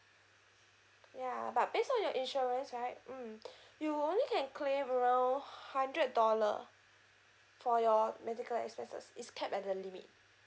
ya but based on your insurance right mm you only can claim around hundred dollar for your medical expenses it's capped at the limit